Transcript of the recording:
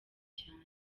cyane